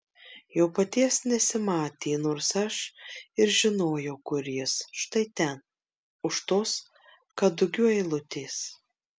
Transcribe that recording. jo paties nesimatė nors aš ir žinojau kur jis štai ten už tos kadugių eilutės